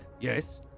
Yes